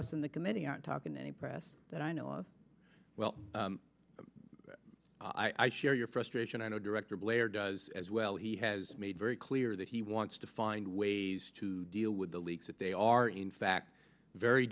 us on the committee aren't talking any press that i know well i share your frustration i know director blair does as well he has made very clear that he wants to find ways to deal with the leaks that they are in fact very